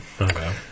Okay